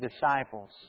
disciples